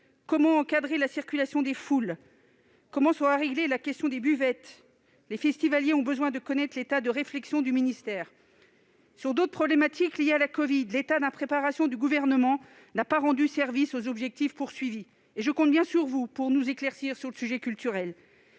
Comment encadrer la circulation des foules ? Comment sera réglée la question des buvettes ? Les festivaliers ont besoin de connaître l'état de la réflexion au sein du ministère. Sur d'autres problématiques liées à la covid, l'état d'impréparation du Gouvernement n'a pas aidé à atteindre les objectifs fixés. Je compte sur vous pour nous éclairer au sujet de la culture.